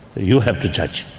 you have to judge.